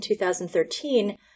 2013